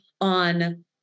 on